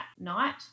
night